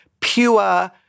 pure